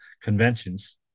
conventions